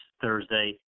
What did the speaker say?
Thursday